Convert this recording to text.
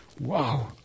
Wow